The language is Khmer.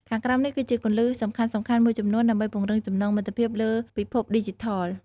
ខាងក្រោមនេះគឺជាគន្លឹះសំខាន់ៗមួយចំនួនដើម្បីពង្រឹងចំណងមិត្តភាពលើពិភពឌីជីថល៖